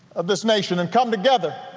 of this nation, and come together,